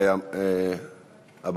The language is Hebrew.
מה קורה בלבנון, מה קורה בירדן.